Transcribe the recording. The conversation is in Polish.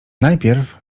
najpierw